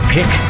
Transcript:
Pick